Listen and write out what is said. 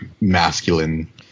masculine